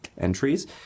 entries